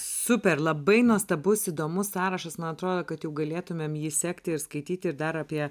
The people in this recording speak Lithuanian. super labai nuostabus įdomus sąrašas man atrodo kad jau galėtumėm jį sekti ir skaityti ir dar apie